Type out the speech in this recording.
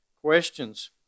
questions